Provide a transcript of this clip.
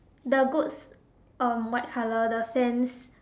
the goats um white color the fence